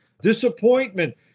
disappointment